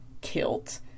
kilt